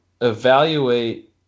evaluate